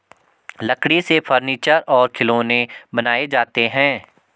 लकड़ी से फर्नीचर और खिलौनें बनाये जाते हैं